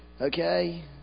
okay